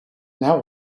now